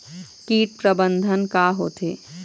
कीट प्रबंधन का होथे?